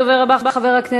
הדובר הבא, חבר